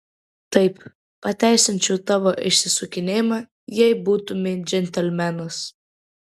taip pateisinčiau tavo išsisukinėjimą jei būtumei džentelmenas